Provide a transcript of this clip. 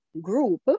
group